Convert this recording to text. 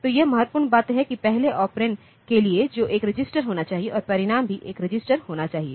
तो यह महत्वपूर्ण बात है कि पहलेऑपरेंड के लिए जो एक रजिस्टर होना चाहिए और परिणाम भी एक रजिस्टर होना चाहिए